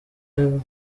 aba